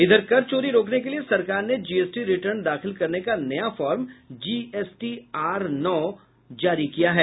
इधर कर चोरी रोकने के लिए सरकार ने जीएसटी रिटर्न दाखिल करने का नया फार्म जीएसटी आर नौ फार्म जारी किया है